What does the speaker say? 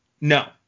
no